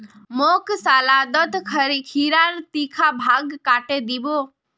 मोक सलादत खीरार तीखा भाग काटे दी बो